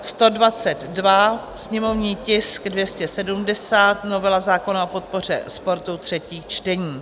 122, sněmovní tisk 270, novela zákona o podpoře sportu, třetí čtení.